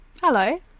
Hello